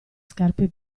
scarpe